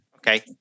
Okay